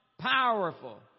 powerful